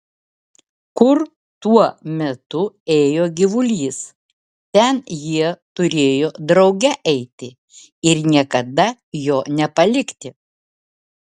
kur tuo metu ėjo gyvulys ten jie turėjo drauge eiti ir niekada jo nepalikti